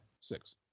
Six